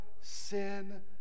sin